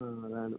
ആ അതാണ്